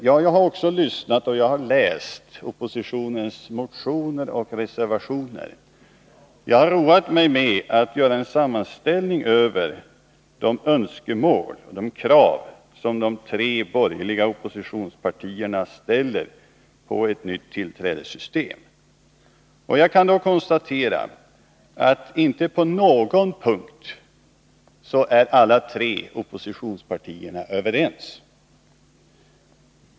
Jag har lyssnat, och jag har läst oppositionens motioner och reservationer. Jag har roat mig med att göra en sammanställning över de önskemål och de krav som de tre borgerliga oppositionspartierna ställer på ett nytt tillträdessystem. Jag kan då konstatera att inte på någon punkt är alla tre oppositionspartierna överens.